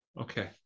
Okay